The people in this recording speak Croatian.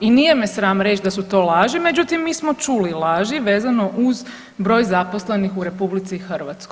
I nije me sram reći da su to laži, međutim mi smo čuli laži vezano uz broj zaposlenih u RH.